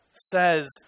says